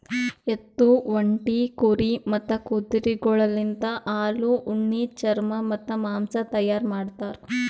ಎತ್ತು, ಒಂಟಿ, ಕುರಿ ಮತ್ತ್ ಕುದುರೆಗೊಳಲಿಂತ್ ಹಾಲು, ಉಣ್ಣಿ, ಚರ್ಮ ಮತ್ತ್ ಮಾಂಸ ತೈಯಾರ್ ಮಾಡ್ತಾರ್